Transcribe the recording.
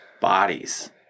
bodies